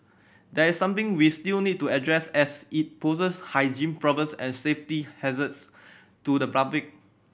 there something we still need to address as it poses hygiene problems and safety hazards to the public